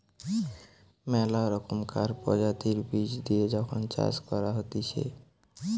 মেলা রকমকার প্রজাতির বীজ দিয়ে যখন চাষ করা হতিছে